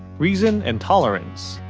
reason, and tolerance.